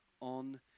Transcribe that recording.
on